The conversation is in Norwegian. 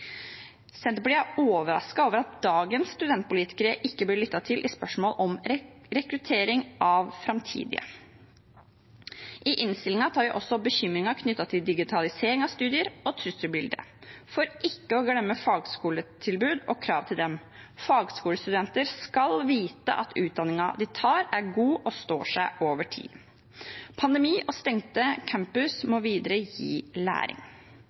Senterpartiet er overrasket over at dagens studentpolitikere ikke blir lyttet til i spørsmål om rekruttering av framtidige studenter. I innstillingen tar vi også opp bekymringen knyttet til digitalisering av studier og trusselbildet, for ikke å glemme fagskoletilbud og krav til dem. Fagskolestudenter skal vite at utdanningen de tar, er god og står seg over tid. Pandemi og stengte campuser må videre gi læring.